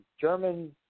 German